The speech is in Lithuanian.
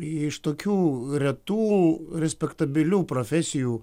iš tokių retų respektabilių profesijų